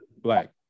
black